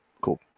Cool